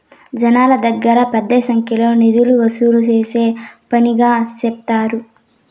జనాల దగ్గర పెద్ద సంఖ్యలో నిధులు వసూలు చేసే పనిగా సెప్తారు